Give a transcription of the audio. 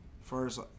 First